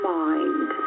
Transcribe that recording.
mind